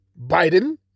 Biden